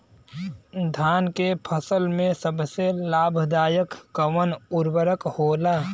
धान के फसल में सबसे लाभ दायक कवन उर्वरक होला?